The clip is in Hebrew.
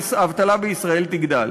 האבטלה בישראל תגדל.